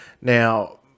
Now